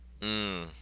Mmm